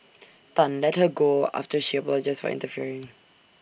Tan let her go after she apologised for interfering